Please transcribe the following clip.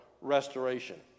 restoration